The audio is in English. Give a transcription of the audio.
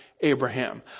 Abraham